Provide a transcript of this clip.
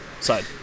side